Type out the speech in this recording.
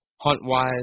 HuntWise